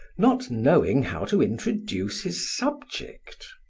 not knowing how to introduce his subject.